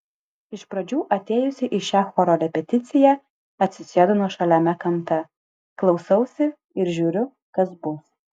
iš pradžių atėjusi į šią choro repeticiją atsisėdu nuošaliame kampe klausausi ir žiūriu kas bus